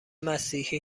مسیحی